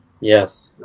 Yes